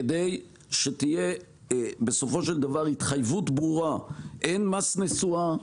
כדי שתהיה בסופו של דבר התחייבות ברורה: אין מס נסועה,